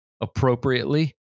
appropriately